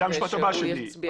זה המשפט הבא שלי.